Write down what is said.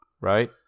right